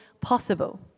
possible